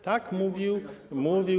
Tak mówił.